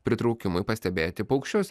pritraukimui pastebėti paukščius